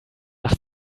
nach